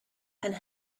and